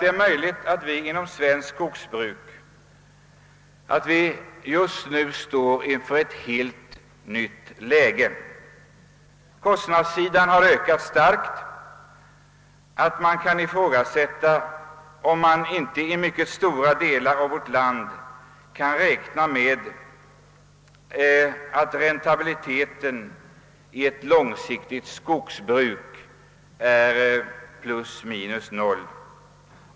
Det är möjligt att vi inom skogsbruket just nu står inför ett helt nytt läge. Kostnadssidan har ökat så starkt att det kan ifrågasättas om man inte i stora delar av vårt land får räkna med att räntabiliteten i ett långsiktigt skogsbruk är plus minus noll.